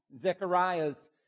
Zechariah's